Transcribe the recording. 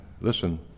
listen